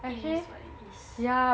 it is what it is